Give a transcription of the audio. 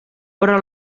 però